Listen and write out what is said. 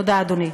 תודה, אדוני.